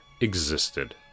existed